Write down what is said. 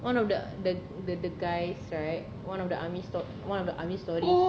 one of the the the the guys right one of the army sto~ one of the army stories